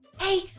Hey